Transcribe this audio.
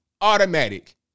Automatic